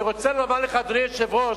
אני רוצה לומר לך, אדוני היושב-ראש,